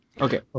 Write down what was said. Okay